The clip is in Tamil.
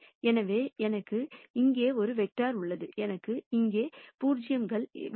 எனவே எனக்கு இங்கே ஒரு வெக்டர்ஸ் உள்ளது எனக்கு இங்கே 0 கள் வேண்டும்